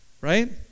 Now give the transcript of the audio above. Right